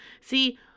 see